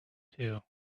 too